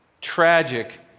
tragic